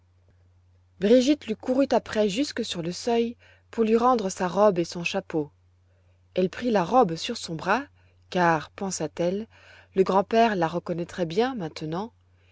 brigitte lui courut après jusque sur le seuil pour lui rendre sa robe et son chapeau elle prit la robe sur son bras car pensa-t-elle le grand-père la reconnaîtrait bien maintenant